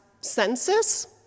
census